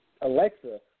Alexa